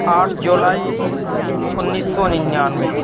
آٹھ جولائی انیس سو ننانوے